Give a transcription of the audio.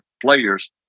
players